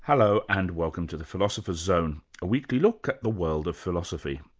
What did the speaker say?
hello, and welcome to the philosopher's zone, a weekly look at the world of philosophy